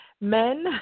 men